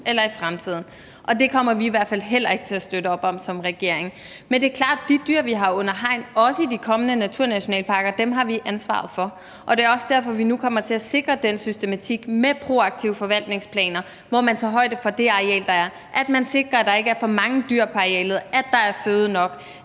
kommer vi i hvert fald heller ikke til at støtte op om som regering. Men det er klart, at de dyr, vi har under hegn, også i de kommende naturnationalparker, har vi ansvaret for, og det er også derfor, vi nu kommer til at sikre den systematik med proaktive forvaltningsplaner, hvor man tager højde for det areal, der er, og sikrer, at der ikke er for mange dyr på arealet, at der er føde nok,